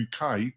UK